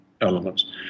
Elements